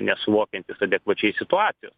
nesuvokiantys adekvačiai situacijos